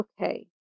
okay